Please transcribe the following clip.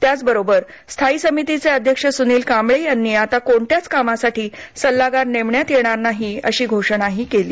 त्याचबरोबर स्थायी समितीचे अध्यक्ष सुनिल कांबळे यांनी आता कोणत्याच कामासाठी सल्लागार नेमण्यात येणार नाही अशी घोषणा सुध्दा केली